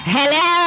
Hello